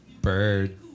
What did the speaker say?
Bird